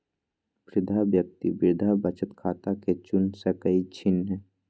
वृद्धा व्यक्ति वृद्धा बचत खता के चुन सकइ छिन्ह